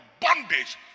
bondage